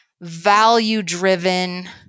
value-driven